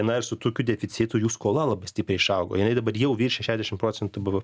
na ir su tokiu deficitu jų skola labai stipriai išaugo jinai dabar jau viršija šešiasdešimt procentų bvp